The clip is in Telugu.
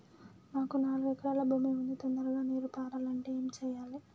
మాకు నాలుగు ఎకరాల భూమి ఉంది, తొందరగా నీరు పారాలంటే నేను ఏం చెయ్యాలే?